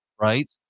right